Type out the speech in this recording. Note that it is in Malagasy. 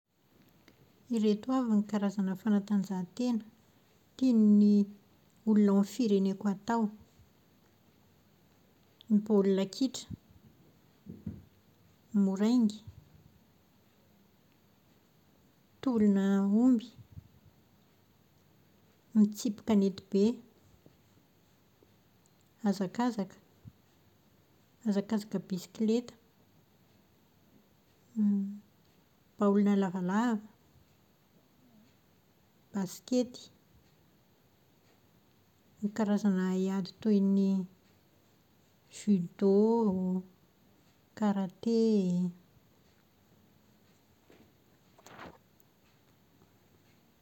Ireto avy ny karazana fanatanjahantena tian'ny olona ao amin'ny fireneko atao. Ny baolina kitra, ny moraingy, tolona omby, ny tsipy kanetibe, hazakazaka, hazakazaka bisikileta, baolina lavalava, basikety, ny karazana haiady toy ny judo, karate.